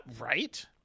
right